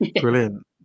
Brilliant